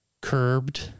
curbed